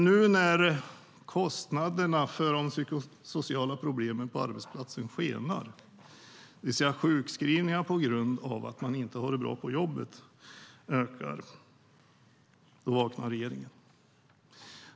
Nu när kostnaderna för de psykosociala problemen på arbetsplatser skenar, det vill säga sjukskrivningar på grund av att man inte har det bra på jobbet ökar, vaknar regeringen.